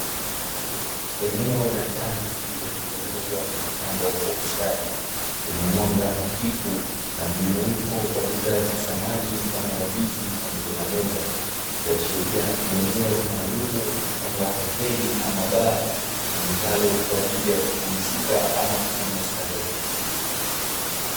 Eneo la ndani lililotengenezwa na kupambwa kwa ustadi lenye mwanga hafifu na mjumuiko wa bidhaa za samani mfano wa viti pamoja na meza ikiashiria ni eneo maalumu mfano wa hoteli ama baa litumikalo kwaajili ya kupumzika ama kufanya starehe.